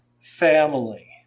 family